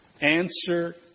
answer